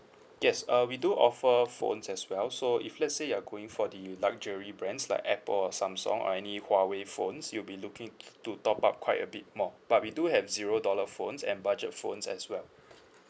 yes uh we do offer phones as well so if let's say you are going for the luxury brands like apple or samsung or any huawei phones you'll be looking to top up quite a bit more but we do have zero dollar phones and budget phones as well